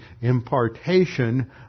impartation